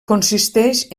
consisteix